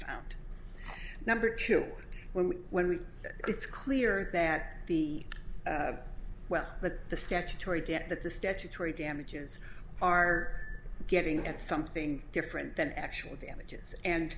found number two when we when we it's clear that the well but the statutory get that the statutory damages are getting at something different than actual damages and